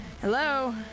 Hello